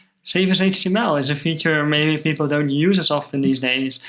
save as html is a feature many people don't use as often these days,